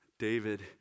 David